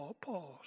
pause